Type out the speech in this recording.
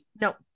no